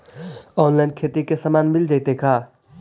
Online खेती के सामान मिल जैतै का?